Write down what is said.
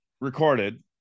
recorded